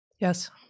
Yes